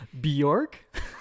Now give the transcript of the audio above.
Bjork